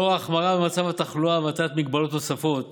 לנוכח ההחמרה במצב התחלואה והטלת הגבלות נוספות